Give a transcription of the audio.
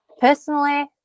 personally